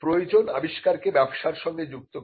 প্রয়োজন আবিষ্কারকে ব্যবসার সঙ্গে যুক্ত করে